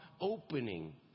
opening